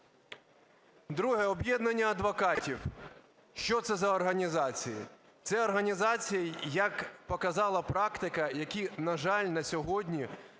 Друге. Об'єднання адвокатів. Що це за організації? Це організації, як показала практика, які, на жаль, на сьогодні